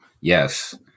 Yes